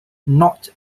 not